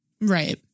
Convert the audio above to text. Right